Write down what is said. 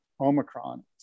omicron